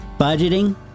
budgeting